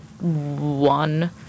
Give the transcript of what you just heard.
one